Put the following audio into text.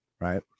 Right